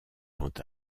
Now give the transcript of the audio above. quant